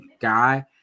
guy